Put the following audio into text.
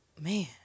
man